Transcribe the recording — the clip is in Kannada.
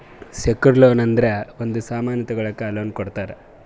ಸೆಕ್ಯೂರ್ಡ್ ಲೋನ್ ಅಂದುರ್ ಒಂದ್ ಸಾಮನ್ ತಗೊಳಕ್ ಲೋನ್ ಕೊಡ್ತಾರ